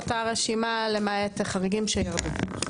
זו אותה רשימה למעט חריגים שירדו.